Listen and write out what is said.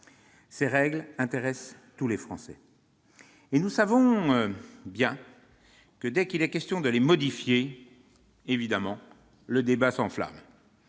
Ces règles intéressent tous les Français. Nous savons bien que, dès qu'il est question de les modifier, évidemment, le débat s'enflamme.